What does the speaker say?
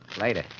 Later